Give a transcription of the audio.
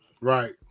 right